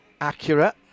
accurate